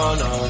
no